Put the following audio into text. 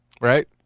Right